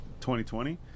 2020